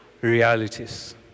Realities